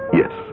yes